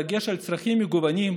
בדגש על צרכים מגוונים,